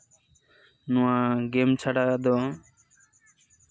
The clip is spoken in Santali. ᱱᱚᱣᱟ ᱜᱮᱢ ᱪᱷᱟᱲᱟ ᱫᱚ